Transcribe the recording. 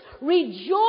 rejoice